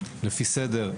לפי סדר,